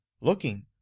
looking